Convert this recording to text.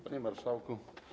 Panie Marszałku!